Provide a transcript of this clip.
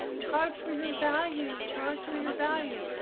charge for your value, charge for your value,